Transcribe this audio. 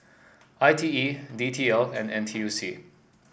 I T E D T L and N T U C